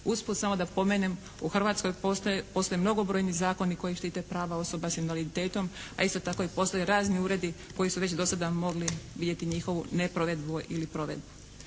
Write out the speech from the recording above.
Usput samo da pomenem, u Hrvatskoj postoje mnogobrojni zakoni koji štite prava osoba s invaliditetom, a isto tako i postoje razni uredi koji su već do sada mogli vidjeti njihovu neprovedbu ili provedbu.